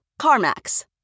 CarMax